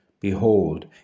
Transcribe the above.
Behold